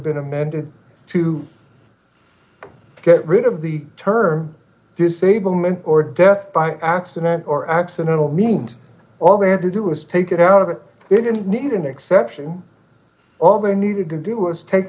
been amended to get rid of the term disablement or death by accident or accidental means all they had to do is take it out of it they didn't need an exception all they needed to do was take